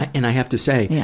and i have to say, yeah